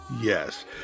Yes